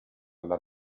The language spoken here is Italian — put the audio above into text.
alla